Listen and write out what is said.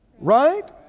Right